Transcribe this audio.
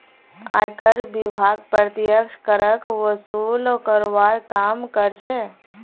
आयकर विभाग प्रत्यक्ष करक वसूल करवार काम कर्छे